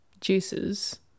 juices